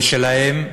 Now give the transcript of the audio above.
ושל האם,